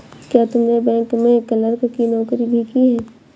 क्या तुमने बैंक में क्लर्क की नौकरी भी की है?